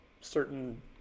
certain